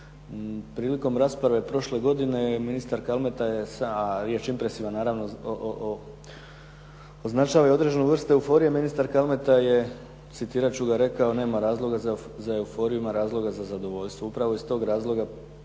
Prilikom rasprave prošle godine ministar Kalmeta je sa riječ impresivan naravno označio i određenu vrstu euforije, ministar Kalmeta je, citirat ću ga, rekao: "Nema razloga za euforiju, ima razloga za zadovoljstvo.". Upravo iz tog razloga